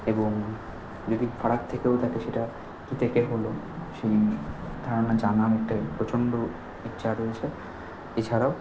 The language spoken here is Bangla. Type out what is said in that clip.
এবং যদি ফারাক থেকেও থাকে সেটা কী থেকে হলো সেই ধারণাটা জানার একটা প্রচণ্ড ইচ্ছা রয়েছে এছাড়াও